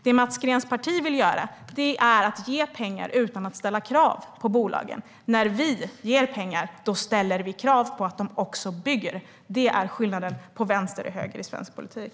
Det Mats Greens parti vill göra är att ge pengar utan att ställa krav på bolagen. När vi ger pengar ställer vi krav på att bolagen också bygger. Det är skillnaden mellan vänster och höger i svensk politik.